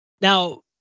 Now